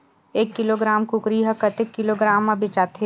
एक किलोग्राम कुकरी ह कतेक किलोग्राम म बेचाथे?